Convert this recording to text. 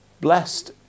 Blessed